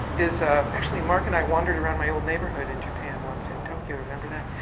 is ah actually, mark and i wandered around my old neighborhood in japan once, in tokyo, remember that?